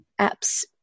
apps